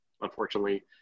unfortunately